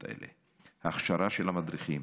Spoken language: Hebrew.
בפנימיות האלה: ההכשרה של המדריכים,